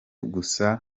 gusa